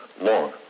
long